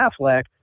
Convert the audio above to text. Affleck